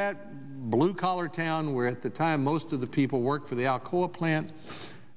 that blue collar town where at the time most of the people work for the alcoa plant